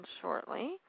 shortly